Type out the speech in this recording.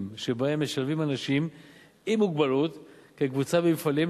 שבהם משלבים אנשים עם מוגבלות כקבוצה במפעלים,